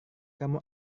kamu